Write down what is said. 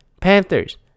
Panthers